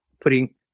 putting